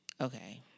Okay